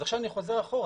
אז עכשיו אני חוזר אחורה.